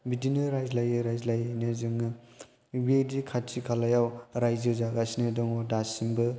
बिदिनो रायज्लायै रायज्लायैनो जोङो बेबायदि खाथि खालायाव रायजो जागासिनो दङ दासिमबो